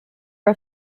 are